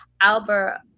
Albert